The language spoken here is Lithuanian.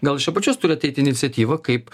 gal iš apačios turi ateit iniciatyva kaip